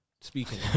speaking